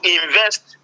invest